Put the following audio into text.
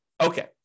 Okay